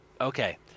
Okay